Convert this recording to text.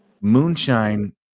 moonshine